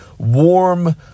Warm